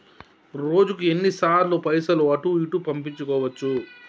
రోజుకు ఎన్ని సార్లు పైసలు అటూ ఇటూ పంపించుకోవచ్చు?